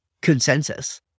consensus